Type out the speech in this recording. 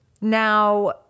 Now